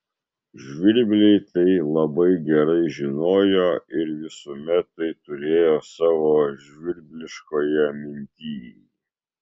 žvirbliai tai labai gerai žinojo ir visuomet tai turėjo savo žvirbliškoje mintyj